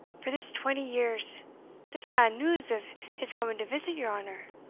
for this twenty years this grand news of his coming to visit your honour?